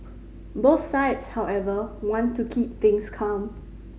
both sides however want to keep things calm